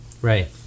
Right